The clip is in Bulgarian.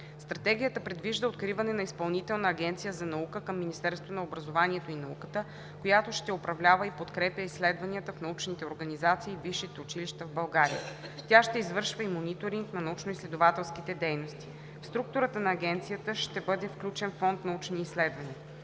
Стратегията предвижда откриване на Изпълнителна агенция за наука към Министерството на образованието и науката, която ще управлява и подкрепя изследванията в научните организации и висшите училища в България. Тя ще извършва и мониторинг на научноизследователските дейности. В структурата на агенцията ще бъде включен Фонд „Научни изследвания“.